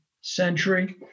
century